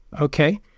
okay